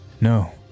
no